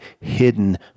hidden